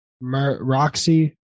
Roxy